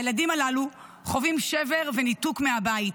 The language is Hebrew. הילדים הללו חווים שבר וניתוק מהבית,